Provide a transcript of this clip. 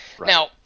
Now